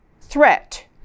threat